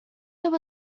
there